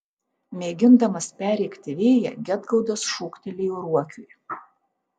mėgindamas perrėkti vėją gedgaudas šūktelėjo ruokiui